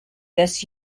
this